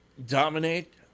Dominate